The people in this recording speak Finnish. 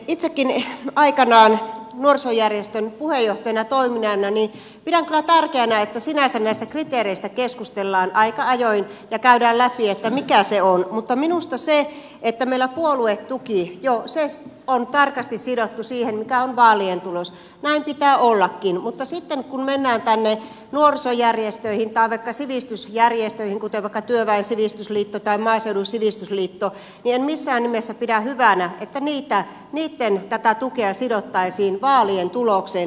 itsekin aikanaan nuorisojärjestön puheenjohtajana toimineena pidän kyllä tärkeänä että sinänsä näistä kriteereistä keskustellaan aika ajoin ja käydään läpi että mitkä ne ovat mutta minusta se että meillä puoluetuki on jo tarkasti sidottu siihen mikä on vaalien tulos näin pitää ollakin mutta sitten kun mennään tänne nuorisojärjestöihin tai vaikka sivistysjärjestöihin kuten vaikka työväen sivistysliitto tai maaseudun sivistysliitto niin en missään nimessä pidä hyvänä että niitten tukea sidottaisiin vaalien tulokseen